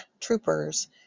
Troopers